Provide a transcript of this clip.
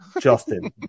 Justin